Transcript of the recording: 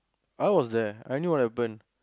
I was there I knew what happen